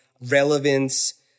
relevance